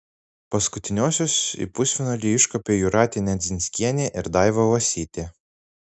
paskutiniosios į pusfinalį iškopė jūratė nedzinskienė ir daiva uosytė